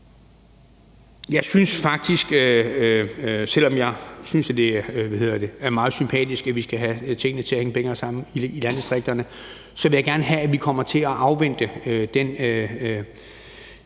eller landfaste. Selv om jeg synes, at det er meget sympatisk, at vi skal have tingene til at hænge bedre sammen i landdistrikterne, vil jeg gerne have, at vi kommer til at afvente de